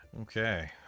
Okay